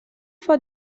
for